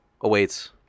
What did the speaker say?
awaits